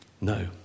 no